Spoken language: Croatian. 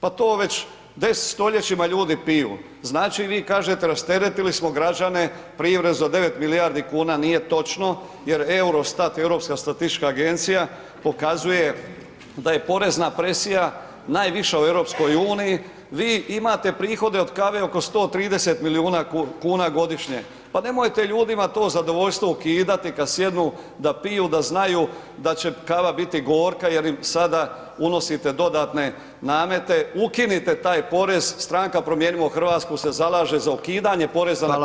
Pa to već stoljećima ljudi piju, znači vi kažete rasteretili smo građane prirez od 9 milijardi kuna, nije točno jer EUROSTAT, Europska statistička agencija pokazuje da je porezna presija najviša u EU, vi imate prihode od kave oko 130 milijuna kuna godišnje, pa nemojte ljudima to zadovoljstvo ukidati kad sjednu da piju da znaju da će kava biti gorka jer im sada unosite dodatne namete, ukinite taj porez, stranka Promijenimo Hrvatsku se zalaže za ukidanje poreza na kavu.